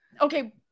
Okay